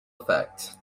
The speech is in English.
effect